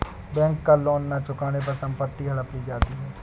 bank का loan न चुकाने पर संपत्ति हड़प ली जाती है